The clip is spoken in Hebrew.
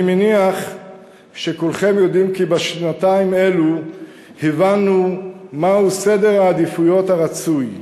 אני מניח שכולכם יודעים כי בשנתיים אלו הבנו מהו סדר העדיפויות הרצוי.